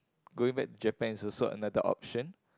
going back Japan is also another option